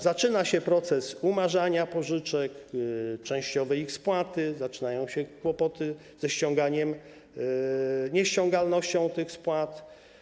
Zaczyna się proces umarzania pożyczek, częściowej ich spłaty, zaczynają się kłopoty ze ściąganiem, nieściągalnością tych spłat.